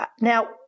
Now